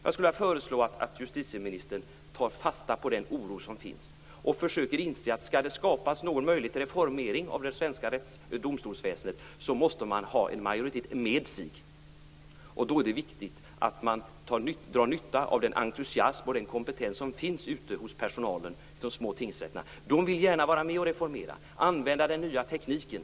Jag skulle vilja föreslå att justitieministern tar fasta på den oro som finns och försöker inse att skall det skapas någon möjlighet till reformering av det svenska domstolsväsendet måste man ha en majoritet med sig. Då är det viktigt att man drar nytta av den entusiasm och den kompetens som finns hos personalen i de små tingsrätterna. De vill gärna vara med och reformera, använda den nya tekniken.